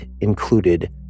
included